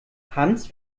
hans